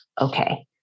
okay